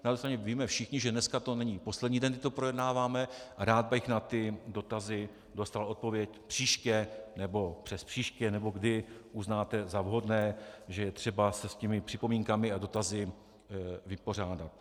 Na druhé straně víme všichni, že dneska to není poslední den, kdy to projednáváme, a rád bych na ty dotazy dostal odpověď příště nebo přespříště, nebo kdy uznáte za vhodné, že je třeba se s těmi připomínkami a dotazy vypořádat.